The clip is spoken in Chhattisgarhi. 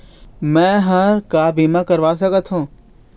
मैं हर का बीमा करवा सकत हो?